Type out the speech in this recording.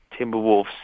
Timberwolves